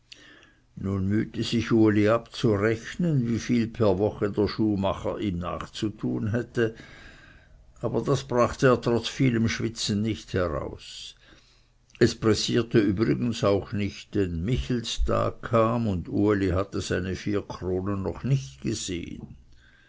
mühte sich uli ab zu rechnen wieviel per woche der schuhmacher ihm nachzutun hätte aber das brachte er trotz vielem schwitzen nicht heraus es pressierte übrigens auch nicht denn michelstag kam und uli hatte seine vier kronen noch nicht gesehen